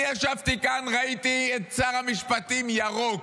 אני ישבתי כאן, ראיתי את שר המשפטים ירוק.